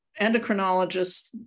Endocrinologists